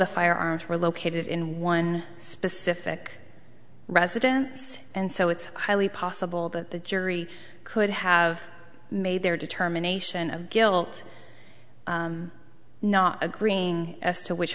the firearms were located in one specific residence and so it's highly possible that the jury could have made their determination of guilt not agreeing as to which